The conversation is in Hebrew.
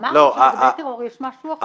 אמרנו שלגבי טרור יש משהו אחר.